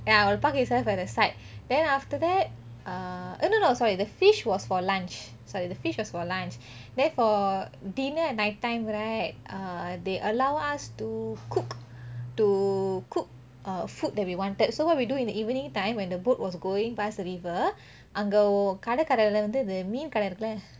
ya it will park itself at the side then after that err no no no sorry the fish was for lunch sorry the fishes was for lunch then for dinner at night time right err they allow us to cook to cook err food that we wanted so what we do in evening time when the boat was going past river அங்க கடைலே வந்து மீன் கடை இருக்குலே:ange kadaile vanthu meen kadai irukuleh